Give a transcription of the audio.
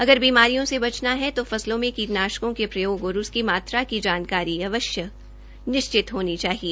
अगर बीमारियों से बचना है तो फसलों में कीटनाशकों के प्रयोग और उसकी मात्रा की जानकारी अवश्य होनी चाहिए